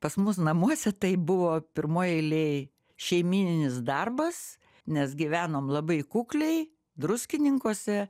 pas mus namuose tai buvo pirmoj eilėj šeimyninis darbas nes gyvenom labai kukliai druskininkuose